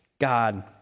God